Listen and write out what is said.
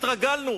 התרגלנו.